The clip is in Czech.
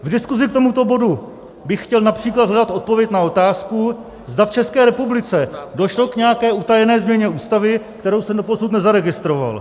V diskuzi k tomuto bodu bych chtěl například hledat odpověď na otázku, zda v České republice došlo k nějaké utajené změně Ústavy, kterou jsem doposud nezaregistroval.